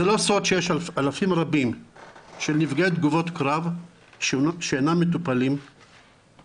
זה לא סוד שיש אלפים רבים של נפגעי תגובות קרב שאינם מטופלים במערכת